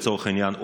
לצורך העניין,